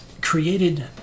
created